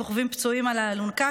כשסוחבים פצועים על האלונקה,